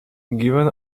given